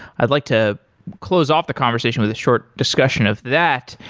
i'd like to close off the conversation with a short discussion of that.